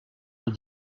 ont